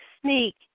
sneak